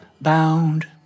bound